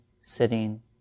sitting